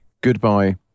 Goodbye